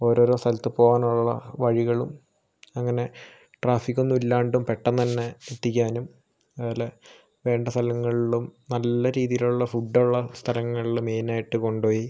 ഓരോ ഓരോ സ്ഥലത്തു പോകാനുള്ള വഴികളും അങ്ങനെ ട്രാഫിക് ഒന്നും ഇല്ലാണ്ട് പെട്ടന്നന്നെ എത്തിക്കാനും അതുപോലെ വേണ്ട സ്ഥലങ്ങളിലും നല്ല രീതിയിലുള്ള ഫുഡുള്ള സ്ഥലങ്ങളിലും മെയിനായിട്ട് കൊണ്ടോയി